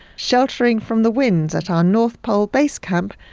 sheltering from the wind at our north pole base camp,